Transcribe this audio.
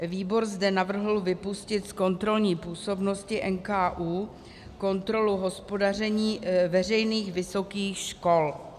Výbor zde navrhl vypustit z kontrolní působnosti NKÚ kontrolu hospodaření veřejných vysokých škol.